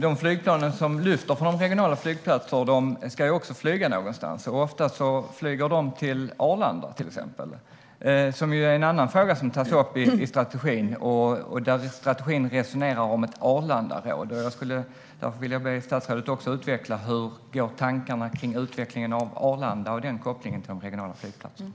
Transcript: De flygplan som lyfter från de regionala flygplatserna ska ju flyga någonstans. Ofta flyger de till Arlanda. Arlanda tas också upp i strategin, och det resoneras om ett Arlandaråd. Därför skulle jag vilja be statsrådet att utveckla hur tankarna går kring utvecklingen av Arlanda och den kopplingen till de regionala flygplatserna.